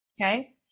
Okay